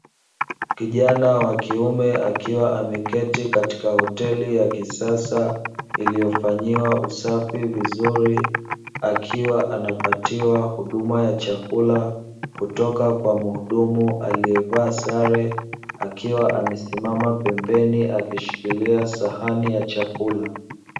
Kijana wa kiume akiwa ameketi katika hoteli ya kisasa iliyofanyiwa usafi vizuri, akiwa anapatiwa huduma ya chakula kutoka kwa mhudumu aliyevaa sare; akiwa amesimama pembeni akishikilia sahani ya chakula.